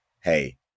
hey